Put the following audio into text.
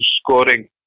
scoring